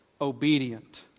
obedient